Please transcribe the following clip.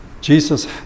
Jesus